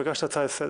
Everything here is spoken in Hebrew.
ביקשת הצעה לסדר.